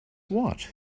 what